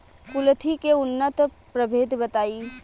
कुलथी के उन्नत प्रभेद बताई?